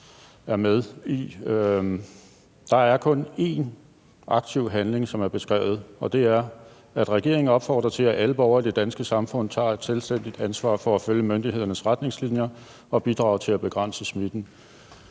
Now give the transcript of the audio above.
Der er kun én aktiv handling, som er beskrevet, og det er, at regeringen opfordrer til, at alle borgere i det danske samfund tager et selvstændigt ansvar for at følge myndighedernes retningslinjer og bidrage til at begrænse smitten.